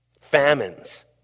famines